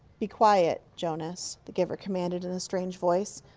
be quiet, jonas, the giver commanded in a strange voice.